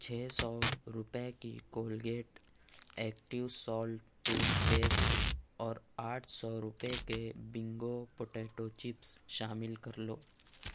چھ سو روپے کی Colgate active salt toothpaste اور آٹھ سو روپے کے بنگو پٹیٹو چپس شامل کر لو